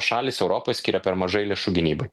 šalys europoj skiria per mažai lėšų gynybai